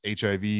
HIV